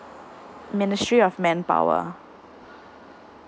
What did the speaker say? ministry of manpower